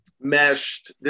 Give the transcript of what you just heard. Meshed